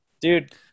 Dude